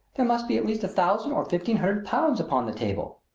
there must be at least a thousand or fifteen hundred pounds upon the table.